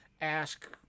Ask